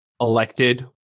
elected